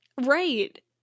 Right